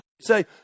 say